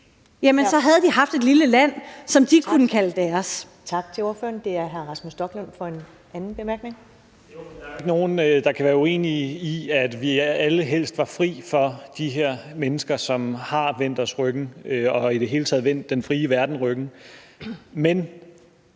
jamen så havde de haft et lille land, som de kunne kalde deres.